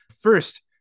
first